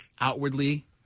outwardly